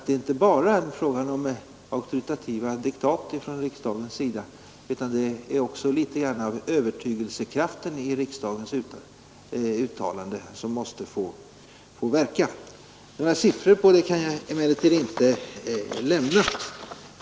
Det är inte bara en fråga om auktoritativa diktat från riksdagens sida, utan det är också litet grand av övertygelsekraften i riksdagens uttalanden som måste verka. Några siffror kan jag här inte lämna.